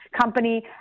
company